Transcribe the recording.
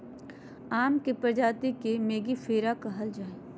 आम के प्रजाति के मेंगीफेरा कहल जाय हइ